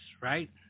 right